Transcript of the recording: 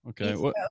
Okay